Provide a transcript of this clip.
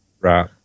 Right